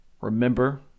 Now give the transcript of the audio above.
Remember